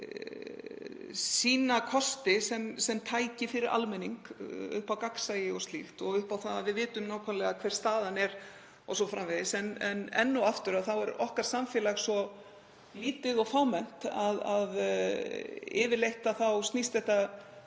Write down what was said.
sína kosti sem tæki fyrir almenning upp á gagnsæi og slíkt og upp á það að við vitum nákvæmlega hver staðan er o.s.frv. En enn og aftur er samfélag okkar svo lítið og fámennt að yfirleitt snýst þetta